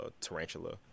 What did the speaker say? tarantula